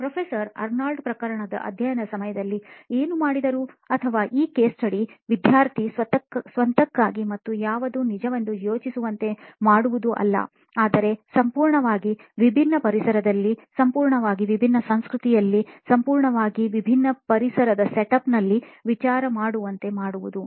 professor Arnold ಪ್ರಕರಣದ ಅಧ್ಯಯನ ಸಮಯದಲ್ಲಿ ಏನು ಮಾಡಿದರು ಅಥವಾ ಈ ಕೇಸ್ ಸ್ಟಡಿ ವಿದ್ಯಾರ್ಥಿ ಸ್ವಂತಕ್ಕಾಗಿ ಮತ್ತು ಯಾವುದು ನಿಜವೆಂದು ಯೋಚಿಸುವಂತೆ ಮಾಡುವುದು ಅಲ್ಲ ಆದರೆ ಸಂಪೂರ್ಣವಾಗಿ ವಿಭಿನ್ನ ಪರಿಸರದಲ್ಲಿ ಸಂಪೂರ್ಣವಾಗಿ ವಿಭಿನ್ನ ಸಂಸ್ಕೃತಿಯಲ್ಲಿ ಸಂಪೂರ್ಣವಾಗಿ ವಿಭಿನ್ನ ಪರಿಸರ ಸೆಟಪ್ನಲ್ಲಿ ವಿಚಾರ ಮಾಡುವಂತೆ ಮಾಡುವುದು